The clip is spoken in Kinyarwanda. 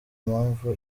mpamvu